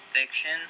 Fiction